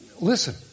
Listen